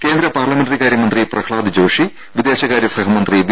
കേന്ദ്ര പാർലമെന്ററി കാര്യമന്ത്രി പ്രഹ്കാദ് ജോഷി വിദേശകാര്യ സഹമന്ത്രി വി